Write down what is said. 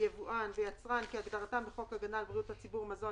"יבואן" ו-"יצרן" כהגדרתם בחוק הגנה על בריאות הציבור (מזון),